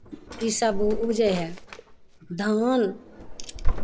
ईसभ उपजै हइ धान